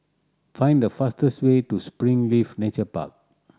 find the fastest way to Springleaf Nature Park